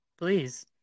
please